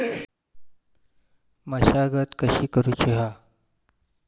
मशागत कशी करूची हा?